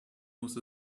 muss